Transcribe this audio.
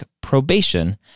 probation